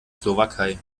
slowakei